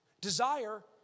Desire